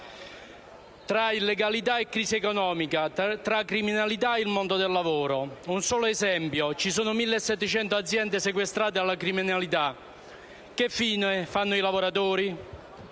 tra illegalità e crisi economica, tra criminalità e mondo del lavoro. Un solo esempio: ci sono 1.700 aziende sequestrate alla criminalità. Che fine fanno i lavoratori?